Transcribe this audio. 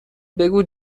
بگو